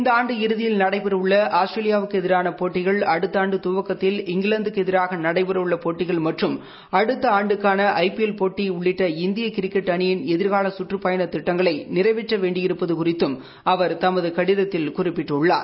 இந்த ஆன்டு இறதியில் நடைபெறவுள்ள ஆஸ்திரேலியாவுக்கு எதிரான போட்டிகள் அடுத்த ஆன்டு துவக்கத்தில் இங்கிலாந்துக்கு எதிராக நடைபெறவுள்ள போட்டிகள் மற்றம் அடுத்த ஆன்டுக்காள ஐபிஎல் போட்டி உள்ளிட்ட இந்திய கிரிக்கெட் அணியின் எதிர்கால சுற்றுப் பயன திட்டங்களை நிறைவேற்ற வேண்டியிருப்பது குறித்தும் அவர் தமது கடிதத்தில் குறிப்பிட்டுள்ளார்